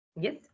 Yes